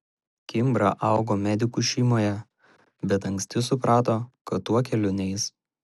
kimbra augo medikų šeimoje bet anksti suprato kad tuo keliu neis